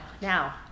Now